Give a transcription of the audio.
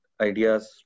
ideas